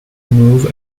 move